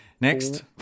next